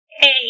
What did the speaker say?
Hey